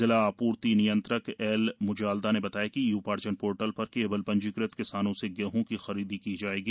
जिला आपूर्ति नियंत्रक एल म्जाल्दा ने बताया कि ई उपार्जन पोर्टल पर केवल पंजीकृत किसानों से गेहं की खरीदी की जाएगी